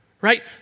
right